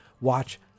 watch